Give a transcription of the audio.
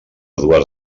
dues